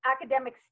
academic